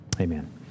Amen